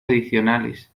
adicionales